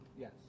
Yes